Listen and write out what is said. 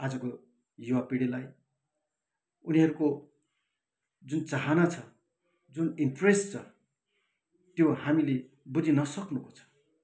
आजको युवापिँढीलाई उनीहरूको जुन चाहना छ जुन इन्ट्रेस छ त्यो हामीले बुझि नसक्नुको छ